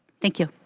thank you.